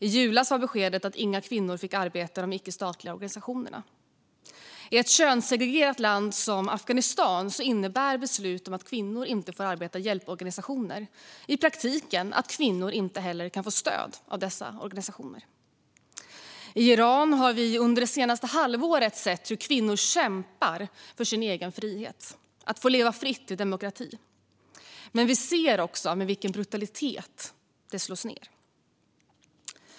I julas var beskedet att inga kvinnor fick arbeta i de icke-statliga organisationerna. I ett könssegregerat land som Afghanistan innebär beslut om att kvinnor inte får arbeta i hjälporganisationer i praktiken att kvinnor inte heller kan få stöd av dessa organisationer. I Iran har vi under det senaste halvåret sett hur kvinnor kämpar för sin egen frihet och för att få leva fritt i demokrati. Men vi ser också med vilken brutalitet kampen slås ned.